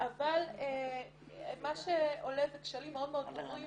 אבל מה שעולה זה כשלים מאוד מאוד ברורים